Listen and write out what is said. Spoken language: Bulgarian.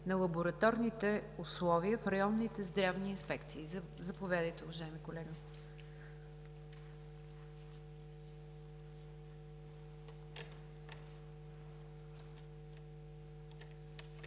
на лабораторните условия в районните здравни инспекции. Заповядайте, уважаеми колега.